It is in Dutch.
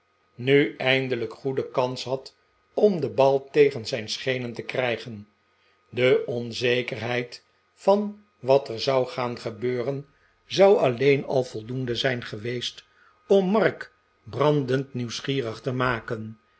nu eindelijk goede kans had om den bal tegen zijn schenen te krijgen de onzekerheid van wat er zou gaan gebeuren zou alleen al voldoende zijn geweest om mark brandend nieuwsgierig te maken